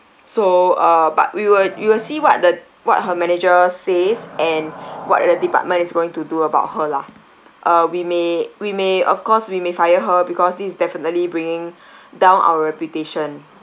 so uh but we will we will see what the what her manager says and what are the department is going to do about her lah uh we may we may of course we may fire her because this is definitely bringing down our reputation